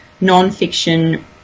non-fiction